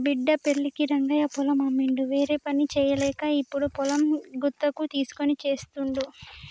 బిడ్డ పెళ్ళికి రంగయ్య పొలం అమ్మిండు వేరేపని చేయలేక ఇప్పుడు పొలం గుత్తకు తీస్కొని చేస్తుండు